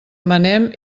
manem